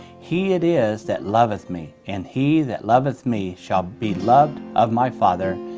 he it is that loveth me and he that loveth me shall be loved of my father,